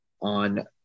on